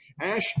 Ash